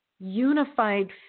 unified